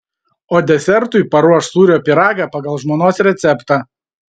o desertui paruoš sūrio pyragą pagal žmonos receptą